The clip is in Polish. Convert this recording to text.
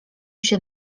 się